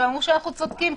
הם אמרו שאנחנו צודקים.